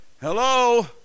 Hello